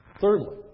Thirdly